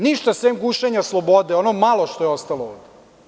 Ništa, sem gušenja slobode, ono malo što je ostalo.